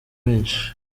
benshi